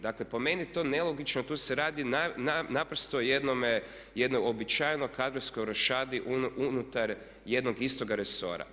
Dakle, po meni je to nelogično i tu se radi naprosto o jednoj uobičajenoj kadrovskoj rošadi unutar jednog istoga resora.